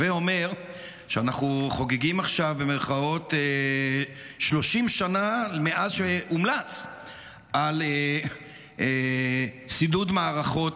ואומר שאנחנו "חוגגים" עכשיו 30 שנה מאז שהומלץ על שידוד מערכות,